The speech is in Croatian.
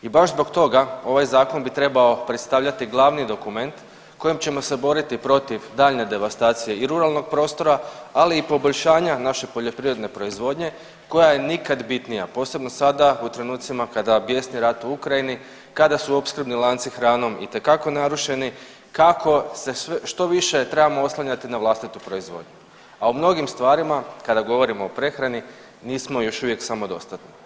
I baš zbog toga ovaj zakon bi trebao predstavljati glavni dokument kojim ćemo se boriti protiv daljnje devastacije i ruralnog prostora, ali i poboljšanja naše poljoprivredne proizvodnje koja je nikad bitnija, posebno sada u trenucima kada bjesni rat u Ukrajini, kada su opskrbni lanci hranom itekako narušeni, kako se što više trebamo oslanjati na vlastitu proizvodnju, a u mnogim stvarima kada govorimo o prehrani nismo još uvijek samodostatni.